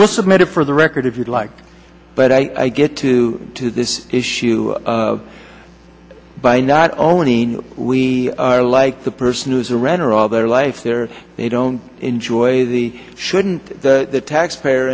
was submitted for the record if you'd like but i get to this issue by not owning we are like the person who's a renter all their life there they don't enjoy the shouldn't the taxpayer